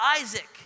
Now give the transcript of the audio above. Isaac